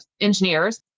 engineers